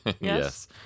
Yes